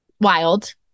wild